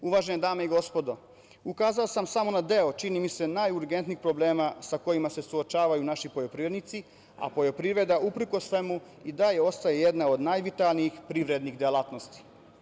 Uvažene dame i gospodo, ukazao sam samo na deo, čini mi se, najurgentnijih problema sa kojima se suočavaju naši poljoprivrednici, a poljoprivreda, uprkos svemu i dalje ostaje jedna od najvitalnijih privrednih delatnosti.